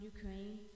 Ukraine